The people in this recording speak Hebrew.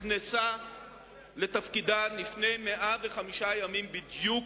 נכנסה לתפקידה לפני 105 ימים בדיוק,